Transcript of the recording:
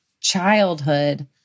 childhood